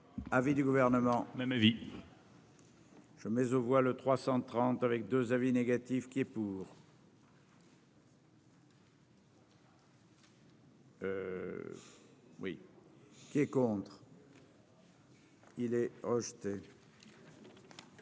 Avis du gouvernement, même ma vie. Je mais je vois le 330 avec 2 avis négatifs qui est pour. Oui, qui est contre. Il est rejeté.